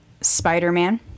Spider-Man